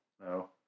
No